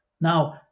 Now